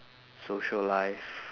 social life